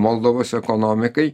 moldovos ekonomikai